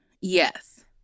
yes